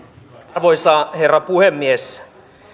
arvoisa herra puhemies